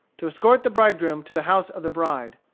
to escort the bridegroom to the house of the bride.